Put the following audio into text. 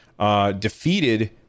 defeated